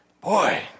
Boy